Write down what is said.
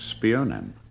Spionen